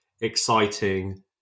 exciting